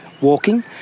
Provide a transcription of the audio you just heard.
walking